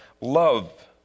love